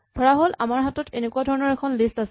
ধৰাহ'ল আমাৰ হাতত এনেকুৱা ধৰণৰ এখন লিষ্ট আছে